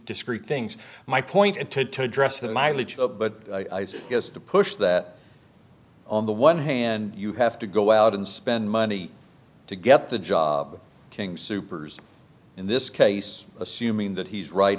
discrete things my point and to address the mileage of but i guess to push that on the one hand you have to go out and spend money to get the job king soopers in this case assuming that he's right